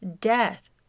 death